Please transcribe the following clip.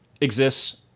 Exists